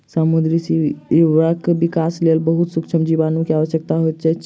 समुद्री सीवरक विकासक लेल बहुत सुक्ष्म जीवाणु के आवश्यकता होइत अछि